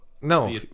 No